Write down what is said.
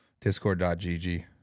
Discord.gg